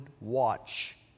watch